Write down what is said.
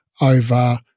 over